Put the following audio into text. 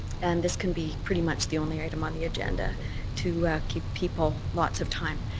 and this can be pretty much the only item on the agenda to give people lots of time.